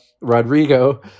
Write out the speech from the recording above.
Rodrigo